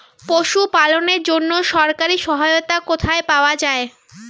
পশু পালনের জন্য সরকারি সহায়তা কোথায় পাওয়া যায়?